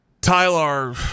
Tyler